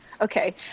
Okay